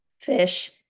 fish